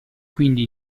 quindi